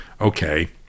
okay